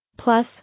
Plus